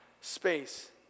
space